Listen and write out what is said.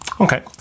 Okay